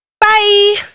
Bye